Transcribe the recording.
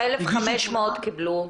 1,500 קיבלו.